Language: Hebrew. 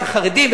את החרדים,